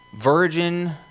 virgin